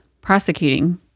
prosecuting